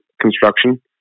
construction